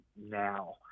now